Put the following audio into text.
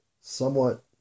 somewhat